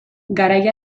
garai